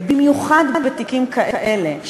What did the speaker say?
במיוחד בתיקים כאלה,